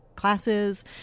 classes